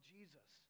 Jesus